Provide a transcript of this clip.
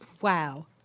Wow